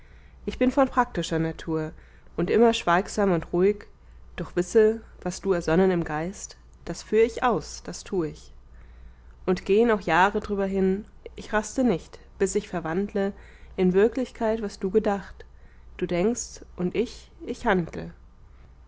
ich bin von praktischer natur und immer schweigsam und ruhig doch wisse was du ersonnen im geist das führ ich aus das tu ich und gehn auch jahre drüber hin ich raste nicht bis ich verwandle in wirklichkeit was du gedacht du denkst und ich ich handle